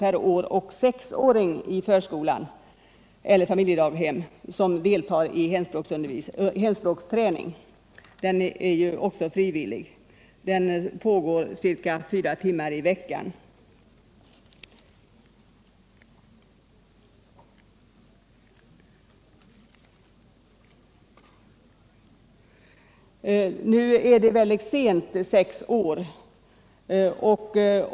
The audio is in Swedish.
per år och sexåring som deltar i hemspråksträning i förskola eller familjedaghem. Den träningen är frivillig och pågår ca fyra timmar i veckan. Men det är för sent att börja vid sex års ålder.